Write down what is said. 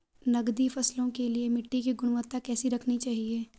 नकदी फसलों के लिए मिट्टी की गुणवत्ता कैसी रखनी चाहिए?